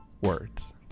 words